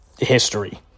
History